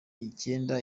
icyenda